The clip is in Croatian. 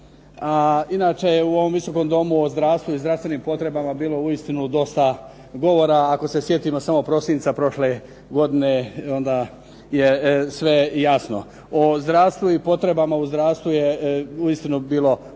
a inače u ovom Visokom domu o zdravstvu i zdravstvenim potrebama je bilo uistinu dosta govora. Ako se sjetimo samo prosinca prošle godine, onda je sve jasno. O zdravstvu i potrebama u zdravstvu je uistinu bilo puno